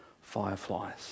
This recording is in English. fireflies